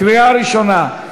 קריאה ראשונה.